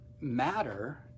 matter